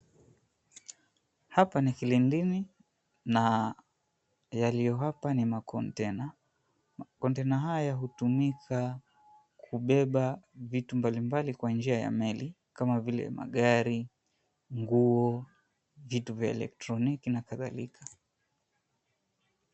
Hapa ni kilindini na yaliyo hapa ni makonteina. Makonteina haya hutumika kubeba vitu mbalimbali Kwa njia ya meli kama vile magari, nguo, nguo, vitu vya kielektroniki na kadhalika.